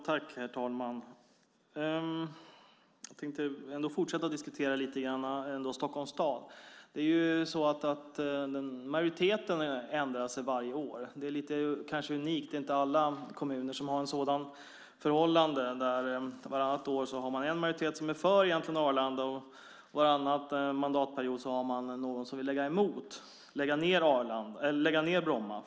Herr talman! Jag tänkte fortsätta att diskutera Stockholms stad. Majoriteten ändrar sig hela tiden. Det är kanske unikt. Det är inte alla kommuner som har ett sådant förhållande att man varannan mandatperiod har en majoritet som är för Bromma och varannan mandatperiod en som vill lägga ned Bromma.